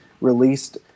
released –